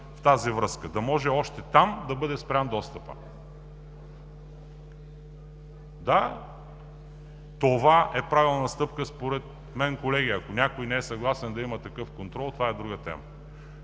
и точни решения да може още там да бъде спрян достъпът. Да, това е правилна стъпка според мен, колеги. Ако някой не е съгласен да има такъв контрол, това е друга тема.